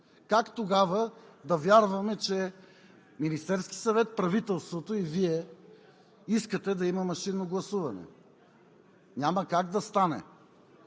Как тогава да вярваме, че Министерският съвет, правителството и Вие искате да има машинно гласуване? Няма как да стане.